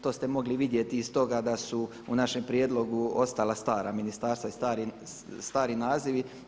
To ste mogli vidjeti iz toga da su u našem prijedlogu ostala stara ministarstva i stari nazivi.